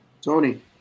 tony